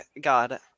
God